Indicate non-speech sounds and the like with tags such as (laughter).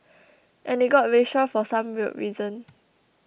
(noise) and it got racial for some weird reason